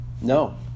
No